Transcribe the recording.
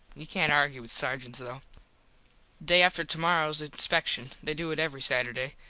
you cant argue with sargents, though. day after tomorrows inspecshun. they do it every saturday.